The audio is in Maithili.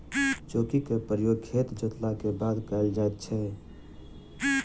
चौकीक प्रयोग खेत जोतलाक बाद कयल जाइत छै